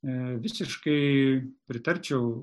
visiškai pritarčiau